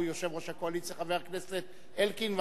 יושב-ראש הקואליציה חבר הכנסת אלקין,